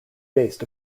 based